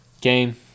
game